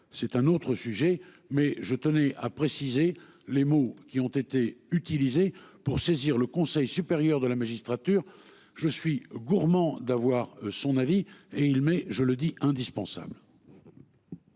c'est un autre sujet mais je tenais à préciser les mots qui ont été utilisés pour saisir le Conseil supérieur de la magistrature. Je suis gourmand d'avoir son avis et il, mais je le dis indispensable.